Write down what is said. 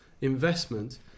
investment